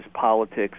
politics